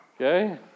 Okay